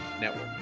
network